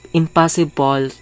impossible